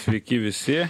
sveiki visi